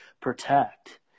protect